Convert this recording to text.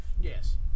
Yes